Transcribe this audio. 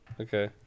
okay